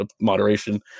moderation